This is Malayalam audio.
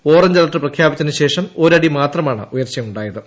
ഓറഞ്ച് അലർട്ട് പ്രഖ്യാപിച്ചതിന് ശേഷം ഒരടി മാത്രമാണ് ഉയർച്ചയുണ്ടായത്